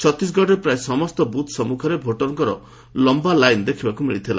ଛତିଶଗଡ଼ରେ ପ୍ରାୟ ସମସ୍ତ ବୃଥ୍ ସମ୍ମୁଖରେ ଭୋଟରଙ୍କର ଲମ୍ଘା ଲାଇନ୍ ଦେଖିବାକୁ ମିଳିଥିଲା